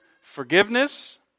forgiveness